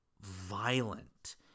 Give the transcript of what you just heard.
violent